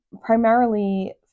primarily